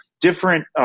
different